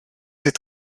ces